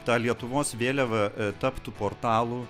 ta lietuvos vėliava taptų portalu